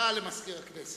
חברי חברי הכנסת,